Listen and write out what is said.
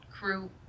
crew